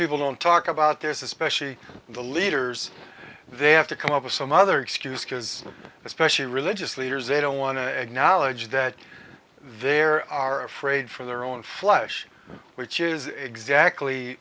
people don't talk about this especially the leaders they have to come up with some other excuse because especially religious leaders they don't want to acknowledge that there are afraid for their own flesh which is exactly